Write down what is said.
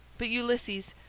but ulysses,